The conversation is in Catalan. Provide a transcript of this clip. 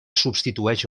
subsisteix